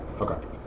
Okay